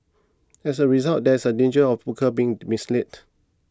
as a result there is a danger of workers being misled